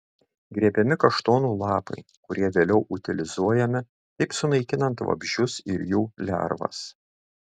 grėbiami kaštonų lapai kurie vėliau utilizuojami taip sunaikinant vabzdžius ir jų lervas